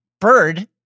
Bird